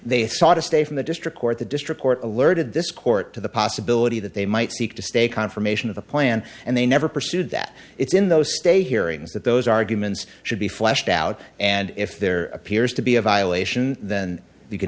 thought to stay from the district court the district court alerted this court to the possibility that they might seek to stay confirmation of the plan and they never pursued that it's in those state hearings that those arguments should be fleshed out and if there appears to be a violation then you can